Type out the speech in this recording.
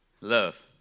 love